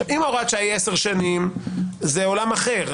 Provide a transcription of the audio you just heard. אם הוראת השעה היא עשר שנים, זה עולם אחר.